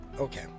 Okay